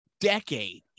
decade